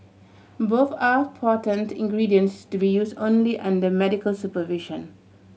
both are potent ingredients to be use only under medical supervision